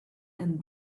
and